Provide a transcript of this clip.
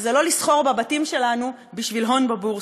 וזה לא לסחור בבתים שלנו בשביל הון בבורסה.